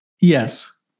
Yes